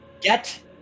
Get